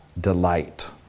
delight